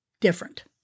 different